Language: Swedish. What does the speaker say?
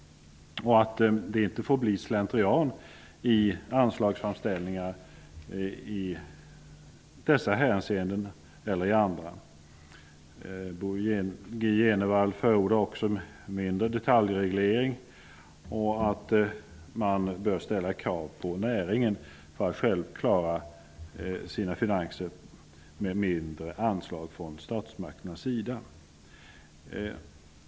Det får inte bli slentrian i anslagsframställningar i dessa hänseenden eller i andra. Bo G Jenevall förordar även mindre detaljreglering och att man bör ställa krav på näringen att självt klara sina finanser med mindre anslag från statsmakternas sida.